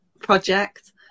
project